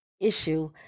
issue